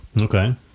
okay